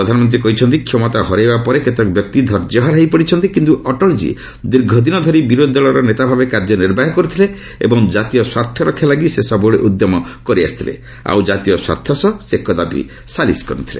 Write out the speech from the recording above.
ପ୍ରଧାନମନ୍ତ୍ରୀ କହିଛନ୍ତି କ୍ଷମତା ହରାଇବା ପରେ କେତେକ ବ୍ୟକ୍ତି ଧୈର୍ଯ୍ୟହରା ହୋଇପଡ଼ିଛନ୍ତି କିନ୍ତୁ ଅଟଳଜୀ ଦୀର୍ଘଦିନ ଧରି ବିରୋଧୀ ଦଳର ନେତା ଭାବେ କାର୍ଯ୍ୟ ନିର୍ବାହ କରିଥିଲେ ଏବଂ ଜାତୀୟ ସ୍ପାର୍ଥ ରକ୍ଷା ଲାଗି ସେ ସବୁବେଳେ ଉଦ୍ୟମ କରି ଆସିଥିଲେ ଆଉ ଜାତୀୟ ସ୍ୱାର୍ଥ ସହ ସେ କଦାପି ସାଲିସ୍ କରିନଥିଲେ